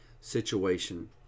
situation